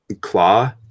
Claw